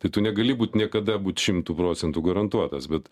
tai tu negali būt niekada būt šimtu procentų garantuotas bet